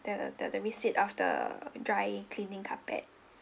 the the the receipt of the dry cleaning carpet